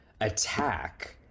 attack